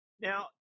Now